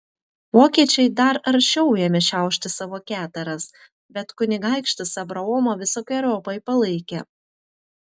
vokiečiai dar aršiau ėmė šiaušti savo keteras bet kunigaikštis abraomą visokeriopai palaikė